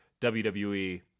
WWE